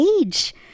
age